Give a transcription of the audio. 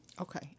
Okay